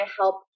help